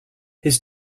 his